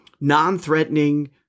non-threatening